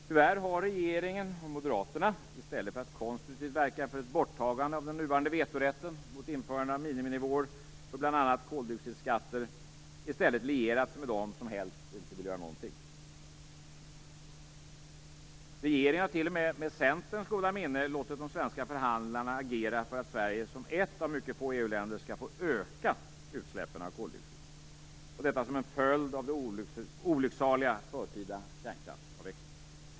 Tyvärr har regeringen och Moderaterna i stället för att konstruktivt verka för ett borttagande av den nuvarande vetorätten mot införandet av miniminivåer för bl.a. koldioxidskatter i stället lierat sig med dem som helst inte vill göra någonting. Regeringen har t.o.m. med Centerns goda minne låtit de svenska förhandlarna agera för att Sverige som ett av mycket få EU-länder skall få öka utsläppen av koldioxid - detta som en följd av den olycksaliga förtida kärnkraftsavvecklingen.